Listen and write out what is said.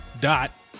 dot